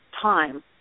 time